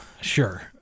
sure